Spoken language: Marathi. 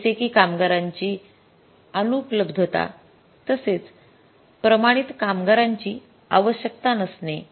जसे कि कामगारांची अनुउप्लब्धता तसेच प्रमाणित कामगारांची आवश्यकता नसणे